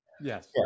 Yes